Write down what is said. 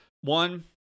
One